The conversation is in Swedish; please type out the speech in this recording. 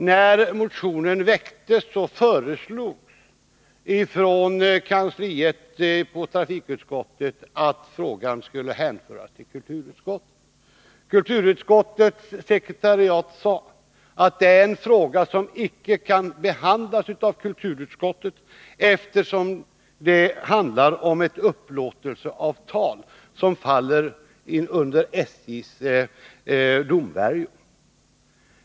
När motionen väcktes föreslogs från trafikutskottets kansli att frågan skulle hänvisas till kulturutskottet. Kulturutskottets sekretariat sade då att denna fråga inte kunde behandlas av kulturutskottet, eftersom den gällde ett upplåtelseavtal som faller under SJ:s domvärjo.